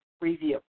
Review